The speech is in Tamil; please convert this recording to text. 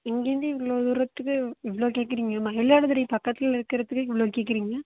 இங்கேருந்து இவ்வளோ தூரத்துக்கு இவ்வளோ கேட்குறீங்க மயிலாடுதுறை பக்கத்தில் இருக்கறதுக்கு இவ்வளோ கேட்குறீங்க